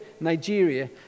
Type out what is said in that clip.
Nigeria